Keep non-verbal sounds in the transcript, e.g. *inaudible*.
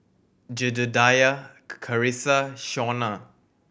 Jedediah *unintelligible* Charissa Shaunna